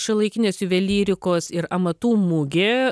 šiuolaikinės juvelyrikos ir amatų mugė